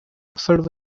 filled